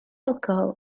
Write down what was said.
alcohol